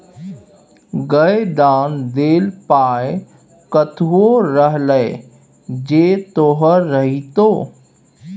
गै दान देल पाय कतहु रहलै जे तोहर रहितौ